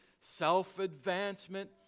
self-advancement